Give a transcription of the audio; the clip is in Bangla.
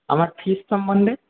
আমার ফিস সম্বন্ধে